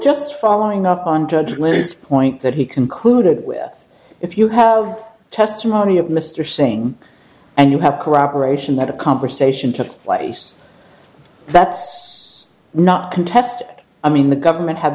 just following up on judgments point that he concluded with if you have testimony of mr singh and you have cooperation that a conversation took place that's not contest i mean the government ha